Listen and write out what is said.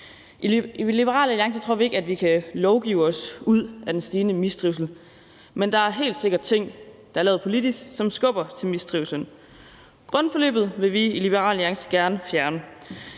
I Liberal Alliance tror vi ikke, at vi kan lovgive os ud af den stigende mistrivsel. Men der er helt sikkert ting, der er lavet politisk, som skubber til mistrivslen. Grundforløbet vil vi i Liberal Alliance gerne fjerne.